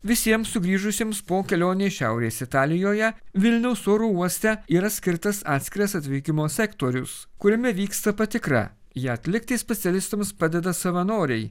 visiems sugrįžusiems po kelionės šiaurės italijoje vilniaus oro uoste yra skirtas atskiras atvykimo sektorius kuriame vyksta patikra ją atlikti specialistams padeda savanoriai